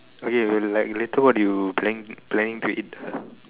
okay like like later what you planning planning to eat